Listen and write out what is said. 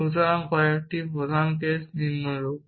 সুতরাং কয়েকটি প্রধান কেস নিম্নরূপ